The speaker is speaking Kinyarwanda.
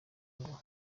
ngo